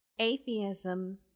Atheism